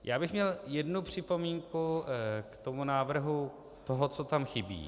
Já bych měl jednu připomínku k tomu návrhu, toho, co tam chybí.